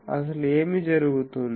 అసలు ఏమి జరుగుతుంది